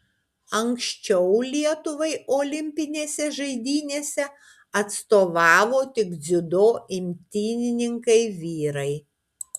anksčiau lietuvai olimpinėse žaidynėse atstovavo tik dziudo imtynininkai vyrai